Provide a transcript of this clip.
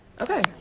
Okay